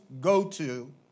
go-to